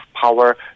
power